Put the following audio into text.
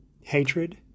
hatred